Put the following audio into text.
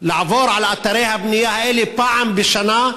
לעבור על אתרי הבנייה האלה פעם בשנה,